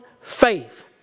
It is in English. faith